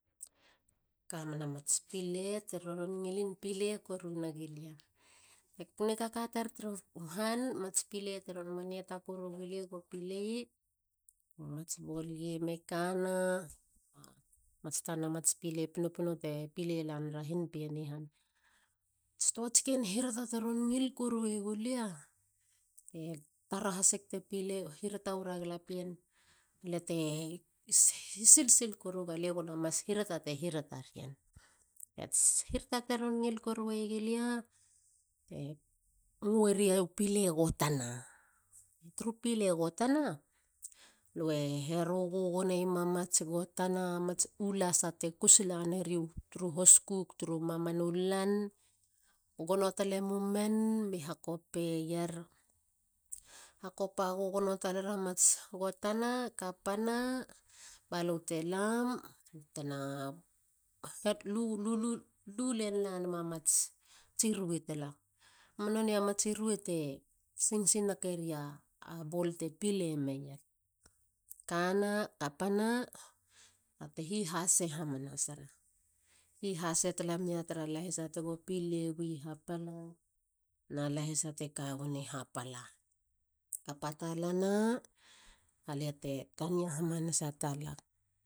Kamena mats pile te roron ngilin pile koru negilia. Nikaka tar tru han,. mats pile teron maniata korugulie go pile i. mats ball gamee kana na mats tun a mats pile pinopino te pile la neiera hin piien i han. Ats tuats ken hirata teron ngil koruegulia. le tara hasik te pile. hirata wera galapien ba lia te si sil koruga a lie go na mas hirata te hirata rien. Ats hirata teron ngil koruegilia e ngueria pile gotana. Tru pile gotana. lue heru gugone iemats gotana. mats. mats ulasa te kus la neri tru hoskuk tru mamanu lan. Gono talemumen mi hakopeier. hakopa gugono talar a mats gotana. kapana. ba lu te lam ba te na lu len ta le muma mats rue tala nonei a matsi rue te singsingate ria bol te pile meier. Kana. kapana ba te hhihase hamanasara. hihase mia tara lahisa ppile wi hapala na lahisa te ka weni hapala. Kapa talana ba lia te tania hamanasa talag